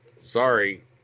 Sorry